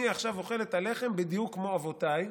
אני עכשיו אוכל את הלחם בדיוק כמו אבותיי?